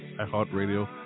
iHeartRadio